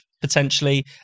potentially